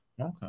Okay